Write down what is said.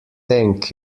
thank